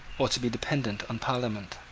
or to be dependent on parliament.